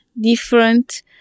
different